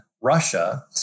Russia